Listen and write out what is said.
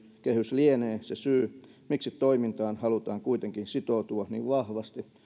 lienevät se syy miksi toimintaan halutaan kuitenkin sitoutua niin vahvasti